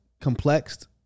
complexed